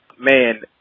Man